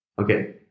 Okay